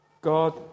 God